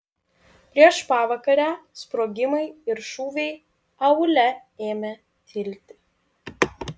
prieš pavakarę sprogimai ir šūviai aūle ėmė tilti